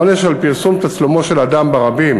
העונש על פרסום תצלומו של אדם ברבים